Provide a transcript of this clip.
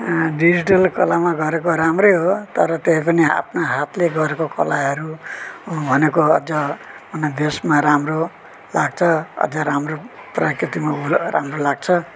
digital कलामा गरेको राम्रै हो तर त्यो पनि आफ्नो हातले गरेको कलाहरू भनेको अझ अन्य देशमा राम्रो लाग्छ अझ राम्रो प्रकृतिमा राम्रो लाग्छ